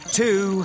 two